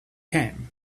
came